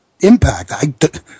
Impact